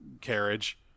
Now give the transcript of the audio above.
carriage